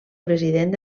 president